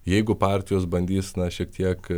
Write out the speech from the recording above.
jeigu partijos bandys na šiek tiek